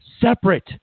separate